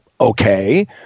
okay